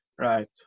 right